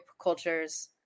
cultures